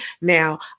Now